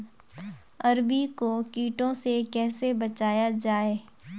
अरबी को कीटों से कैसे बचाया जाए?